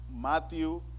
Matthew